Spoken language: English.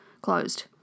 closed